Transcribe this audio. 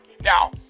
now